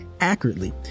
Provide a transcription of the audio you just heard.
accurately